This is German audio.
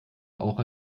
auch